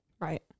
right